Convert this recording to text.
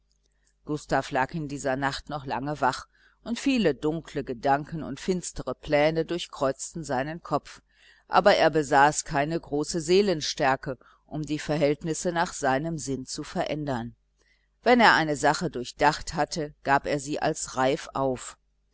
gustav lag in dieser nacht noch lange wach und viele dunkle gedanken und finstere pläne durchkreuzten seinen kopf aber er besaß keine große seelenstärke um die verhältnisse nach seinem sinn zu verändern wenn er eine sache durchdacht hatte gab er sie als reif auf